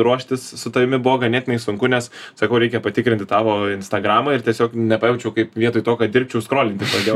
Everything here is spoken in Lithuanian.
ruoštis su tavimi buvo ganėtinai sunku nes sakau reikia patikrinti tavo instagramą ir tiesiog nepajaučiau kaip vietoj to kad dirbčiau skrolinti pradėjau